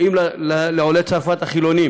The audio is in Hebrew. אם לעולי צרפת החילונים